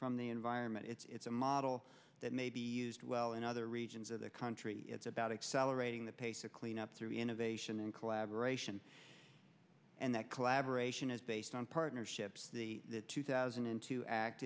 from the environment it's a model that may be used well in other regions of the country it's about accelerating the pace of clean up through innovation and collaboration and that collaboration is based on partnerships the two thousand and two act